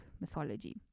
mythology